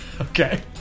Okay